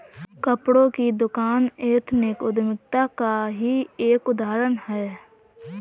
कपड़ों की दुकान एथनिक उद्यमिता का ही एक उदाहरण है